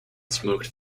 smoked